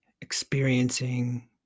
experiencing